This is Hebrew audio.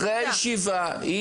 אחרי הישיבה,